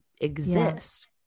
exist